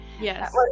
yes